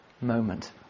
moment